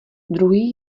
druhý